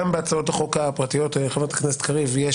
גם בהצעות החוק הפרטיות, חברת הכנסת קריב